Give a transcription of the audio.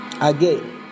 again